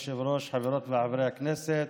כבוד היושב-ראש, חברות וחברי הכנסת,